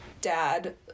dad